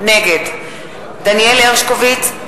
נגד דניאל הרשקוביץ,